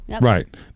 Right